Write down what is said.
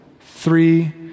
Three